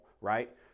right